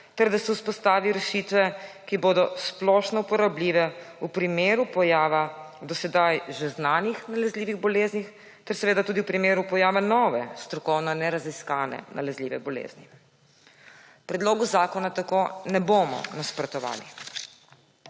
ter da se vzpostavijo rešitve, ki bodo splošno uporabljive v primeru pojava do sedaj že znanih nalezljivih bolezni ter v primeru pojava nove, strokovno neraziskane, nalezljive bolezni. Predlogu zakona tako ne bomo nasprotovali.